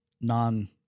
non –